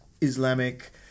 Islamic